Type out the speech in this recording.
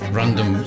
random